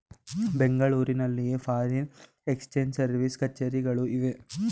ಬೆಂಗಳೂರಿನಲ್ಲಿ foreign exchange service ಕಛೇರಿಗಳು ಇವೆ